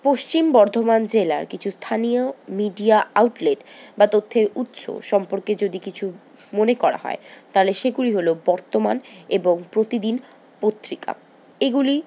পশ্চিম বর্ধমান জেলার কিছু স্থানীয় মিডিয়া আউটলেট বা তথ্যের উৎস সম্পর্কে যদি কিছু মনে করা হয় তাহলে সেগুলি হল বর্তমান এবং প্রতিদিন পত্রিকা এগুলি